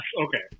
okay